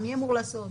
מי אמור לעשות.